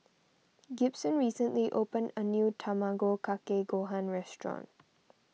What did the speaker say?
Gibson recently opened a new Tamago Kake Gohan restaurant